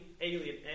alien